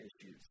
issues